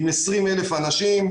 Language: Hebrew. עם 20,000 אנשים,